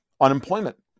unemployment